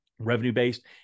Revenue-based